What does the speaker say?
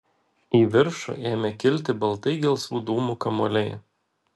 į viršų ėmė kilti baltai gelsvų dūmų kamuoliai